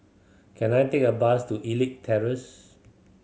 can I take a bus to Elite Terrace